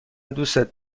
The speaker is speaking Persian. دوستت